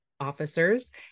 officers